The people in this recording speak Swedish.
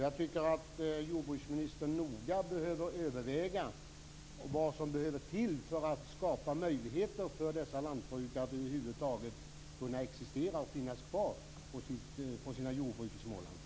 Jordbruksministern behöver noga överväga vad som skall till för att skapa möjligheter för dessa lantbrukare att över huvud taget existera och finnas kvar på sina jordbruk i Småland.